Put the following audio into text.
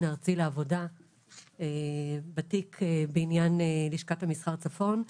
הארצי לעבודה בתיק בעניין לשכת המסחר צפון.